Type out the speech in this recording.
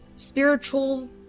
Spiritual